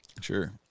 Sure